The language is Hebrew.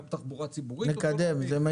גם תחבורה ציבורית אוטונומית,